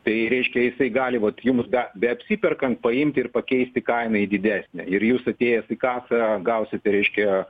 tai reiškia jisai gali vat jums be beapsiperkan paimt ir pakeisti kainą į didesnę ir jūs atėjęs į kasą gausite reiškia